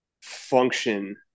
function